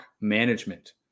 Management